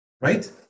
right